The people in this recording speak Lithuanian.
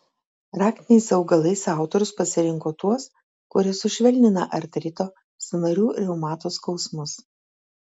raktiniais augalais autorius pasirinko tuos kurie sušvelnina artrito sąnarių reumato skausmus